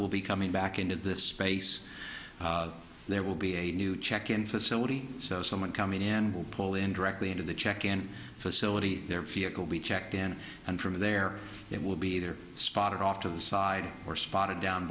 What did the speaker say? will be coming back into this space there will be a new check in facility so someone coming in will pull in directly into the check and facility their vehicle be checked in and from there it will be either spotted off to the side or spotted down